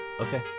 Okay